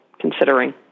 considering